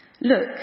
Look